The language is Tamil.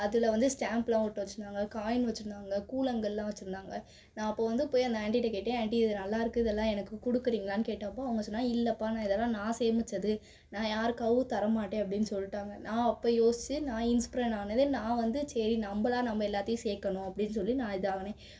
அதில் வந்து ஸ்டாம்ப்பெலாம் ஒட்ட வச்சுருந்தாங்க காயின் வச்சுருந்தாங்க கூழாங்கல்லாம் வச்சுருந்தாங்க நான் அப்போது வந்து போய் அந்த ஆண்ட்டிகிட்ட கேட்டேன் ஆண்ட்டி இது நல்லா இருக்குது இதெல்லாம் எனக்கு கொடுக்குறீங்களானு கேட்டப்போது அவங்க சொன்னாங்க இல்லைப்பா நான் இதெல்லாம் நான் சேமித்தது நான் யாருக்காகவும் தரமாட்டேன் அப்படின்னு சொல்லிட்டாங்க நான் அப்போ யோசித்து நான் இன்ஸ்பிரன் ஆனதே நான் வந்து சரி நம்மளா நம்ம எல்லாத்தையும் சேர்க்கணும் அப்படின்னு சொல்லி நான் இதாகினேன்